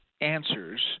answers